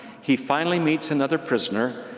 he finally meets another prisoner,